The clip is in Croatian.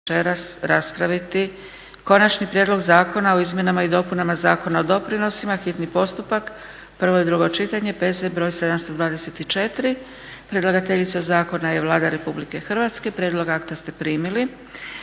raspraviti: - Konačni prijedlog Zakona o izmjenama i dopunama Zakona o doprinosima, hitni postupak, prvo i drugo čitanje, P.Z.BR.721. Predlagateljica zakona je Vlada Republike Hrvatske. Prijedlog akta ste primili.